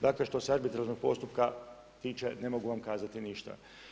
Dakle, što se arbitražnog postupka tiče, ne mogu vam kazati ništa.